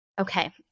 okay